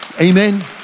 Amen